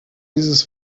dieses